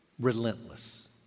relentless